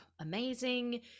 amazing